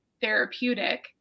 therapeutic